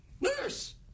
Nurse